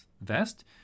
vest